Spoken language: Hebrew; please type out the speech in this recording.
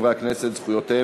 אין לה סיכוי,